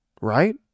right